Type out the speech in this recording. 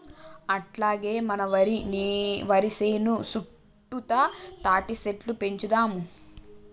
అట్లాగే మన వరి సేను సుట్టుతా తాటిసెట్లు పెంచుదాము